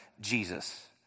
Jesus